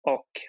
Och